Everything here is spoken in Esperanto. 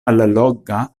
alloga